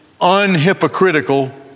unhypocritical